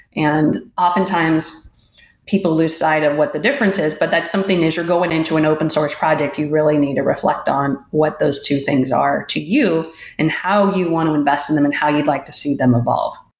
and oftentimes people lose sight of what the difference is. but that's something is you're going into an open source project. you really need to reflect on what those two things are to you and how you want to invest in them and how you'd like to see them evolve.